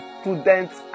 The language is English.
student's